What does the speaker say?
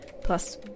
Plus